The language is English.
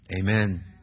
Amen